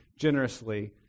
generously